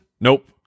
Nope